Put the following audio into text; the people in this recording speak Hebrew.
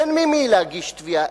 אין למי להגיש תביעה,